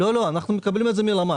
לא, לא, אנחנו מקבלים את זה מלמ"ס.